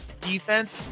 defense